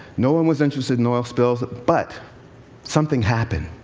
no one was interested in oil spills. but something happened